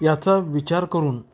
याचा विचार करून